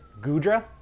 Gudra